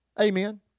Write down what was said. Amen